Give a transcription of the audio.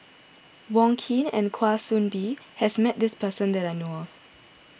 Wong Keen and Kwa Soon Bee has met this person that I know of